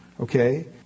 Okay